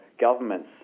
governments